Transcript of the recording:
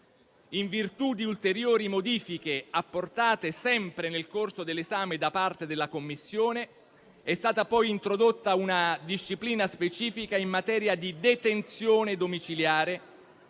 In virtù di ulteriori modifiche apportate sempre nel corso dell'esame da parte della Commissione, è stata poi introdotta una disciplina specifica in materia di detenzione domiciliare,